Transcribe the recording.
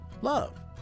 Love